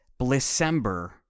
Blissember